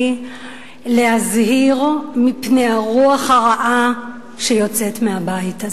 להזהיר מפני הרוח הרעה שיוצאת מהבית הזה.